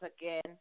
again